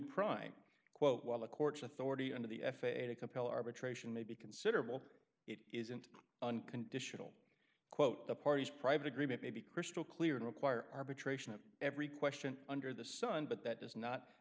prime quote while the court's authority under the f a a to compel arbitration may be considerable it isn't unconditional quote the parties private agreement may be crystal clear and require arbitration of every question under the sun but that does not